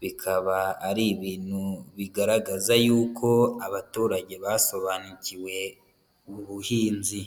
bikaba ari ibintu bigaragaza yuko abaturage basobanukiwe ubuhinzi.